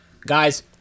Guys